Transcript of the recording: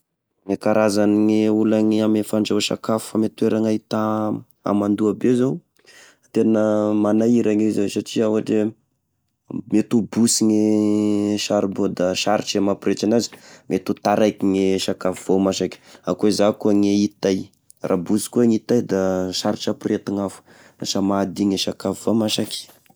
Gne karazany gn'olane ame fandrahoa sakafo ame toera ahita amandoa be zao: tena manahirana izy io satria ohatra hoe: mety ho bosy gne saribao da sarotra e mampirehitra anazy, mety ho taraiky gne sakafo vo masaky, akô iza koa gne hitay, raha koa bosy koa hitay da sarotra apiretiny afo; lasa mahadigny e sakafo vô masaky.